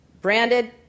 branded